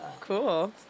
cool